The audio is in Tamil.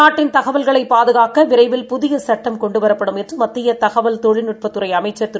நாட்டின்தகவல்களைபாதுகாக்கவிரைவில்புதியசட்டம் கொண்டுவரப்படும்என்றுமத்தியதகவல்தொழில்நுட்பத் துறைஅமைச்சர்திரு